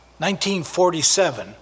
1947